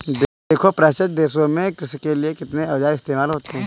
देखो पाश्चात्य देशों में कृषि के लिए कितने औजार इस्तेमाल होते हैं